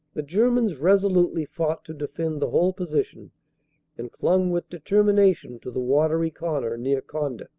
the germans resolutely fought to defend the whole position and clung with determination to the watery corner near conde.